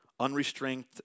Unrestrained